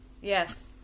Yes